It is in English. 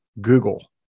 Google